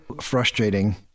frustrating